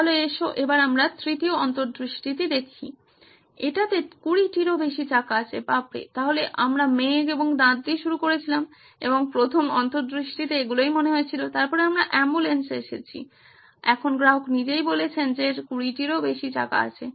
সুতরাং এসো আমরা তৃতীয় অন্তর্দৃষ্টিটি দেখি এটিতে 20 টিরও বেশি চাকা আছে তাহলে আমরা মেঘ এবং দাঁত দিয়ে শুরু করেছিলাম এবং প্রথম অন্তর্দৃষ্টিতে এগুলিই মনে হয়েছিল তারপরে আমরা অ্যাম্বুলেন্সে এসেছি এখন গ্রাহক নিজেই বলেছেন যে এর 20 টিরও বেশি চাকা রয়েছে